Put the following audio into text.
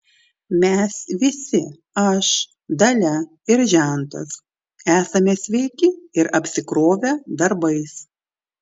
mes visi aš dalia ir žentas esame sveiki ir apsikrovę darbais